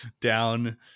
down